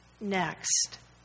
next